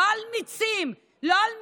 לא על מיצים טבעיים,